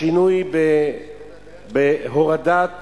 השינוי בהורדת